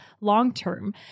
long-term